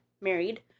married